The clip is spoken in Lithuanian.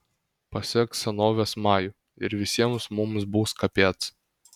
pasak senovės majų ir visiems mums bus kapec